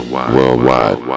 Worldwide